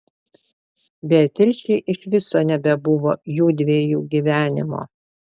beatričei iš viso nebebuvo jųdviejų gyvenimo